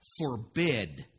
forbid